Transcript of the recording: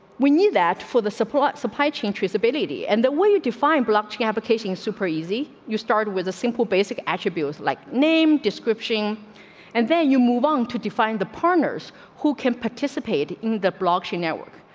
we knew that for the support supply chain tree's ability and that will you define blocking, advocating super easy. you start with a simple basic attributes like name, description and then you move on to define the partners who can participate in the block she network.